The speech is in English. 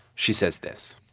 she says this.